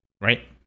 right